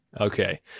Okay